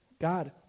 God